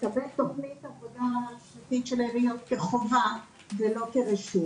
לקבל תוכנית עבודה של העיריות כחובה ולא כרשות.